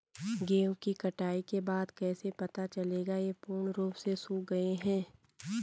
गेहूँ की कटाई के बाद कैसे पता चलेगा ये पूर्ण रूप से सूख गए हैं?